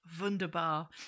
Wunderbar